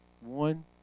One